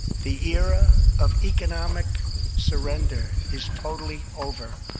the era of economic surrender is totally over.